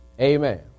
Amen